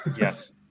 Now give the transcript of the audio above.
Yes